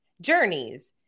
journeys